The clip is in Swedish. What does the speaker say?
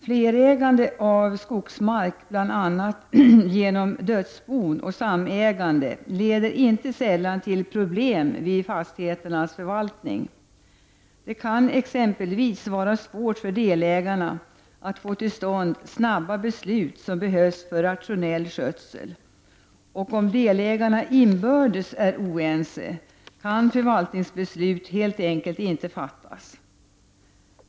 Flerägande av skogsmark bl.a. genom dödsbon och samägande leder inte sällan till problem vid fastigheternas förvaltning. Det kan exempelvis vara svårt för delägarna att få till stånd snabba beslut, som behövs för rationell skötsel. Om delägarna inbördes är oense kan förvaltningsbeslut helt enkelt inte fattas.